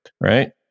right